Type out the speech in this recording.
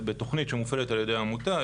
בתוכנית שמופעלת על-ידי עמותה,